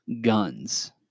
guns